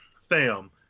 Fam